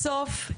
בסוף,